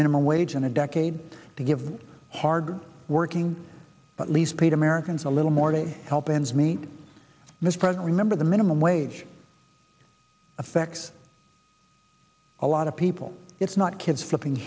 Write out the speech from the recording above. minimum wage in a decade to give hard working but least paid americans a little more they help ends meet mispresent remember the minimum wage affects a lot of people it's not kids flipping